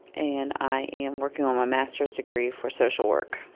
and i'm working on my master's degree for social work.